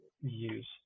use